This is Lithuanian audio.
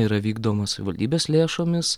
yra vykdoma savivaldybės lėšomis